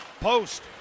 post